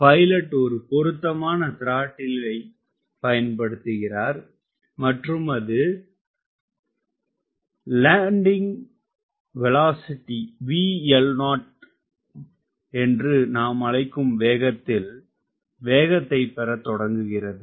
pilot ஒரு பொருத்தமான த்ரோட்டிலினை பயன்படுத்துகிறார் மற்றும் அது VLO என்று நாம் அழைக்கும் வேகத்தில் வேகத்தைப் பெறத் தொடங்குகிறது